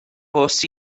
bws